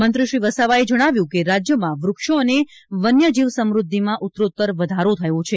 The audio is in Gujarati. મંત્રીશ્રી વસાવાએ જણાવ્યું કે રાજ્યમાં વ્રક્ષો અને વન્ય જીવ સમ્રદ્વિમાં ઉત્તરોત્તર વધારો થયો છે